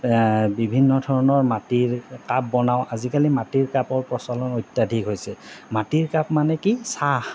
বিভিন্ন ধৰণৰ মাটিৰ কাপ বনাওঁ আজিকালি মাটিৰ কাপৰ প্ৰচলন অত্যাধিক হৈছে মাটিৰ কাপ মানে কি চাহ